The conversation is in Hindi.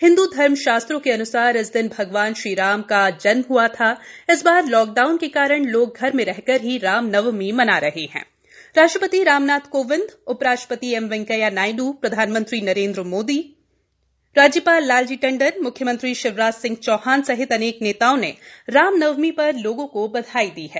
हिंद् धर्म शास्त्रों के अन्सार इस दिन भगवान श्री राम जी का जन्म हआ था इस बार लाक डाउन के कारण लोग घर में रहकर ही रामनवमीं मना रहे हैं राष्ट्रपति रामनाथ कोविंद उप राष्ट्रपति एम वेंकैया नायड्र प्रधानमंत्री नरेन्द मोदी राज्यपाल लालजी टंडनम्ख्यमंत्री शिवराज सिंह चौहान सहित अनेक नेताओं ने रामनवमी पर लोगों को बधाई दी है